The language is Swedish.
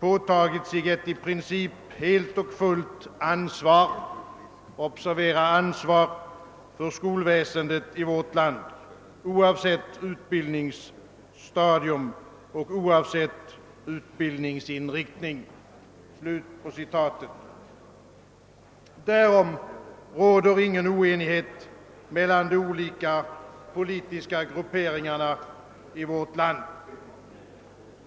påtagit sig ett i princip helt och fullt ansvar» — observera ansvar —— »för skolväsendet i vårt land, oavsett utbildningsstadium och oavsett utbildningsinriktning». Därom råder ingen oenighet mellan de olika politiska grupperingarna i vårt land.